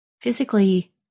Physically